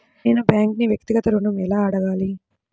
నేను బ్యాంక్ను వ్యక్తిగత ఋణం ఎలా అడగాలి?